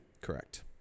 Correct